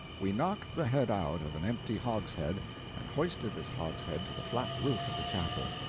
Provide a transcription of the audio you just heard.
we knocked the head out of an empty hogshead and hoisted this hogshead to the flat roof of the chapel,